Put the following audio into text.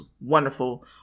wonderful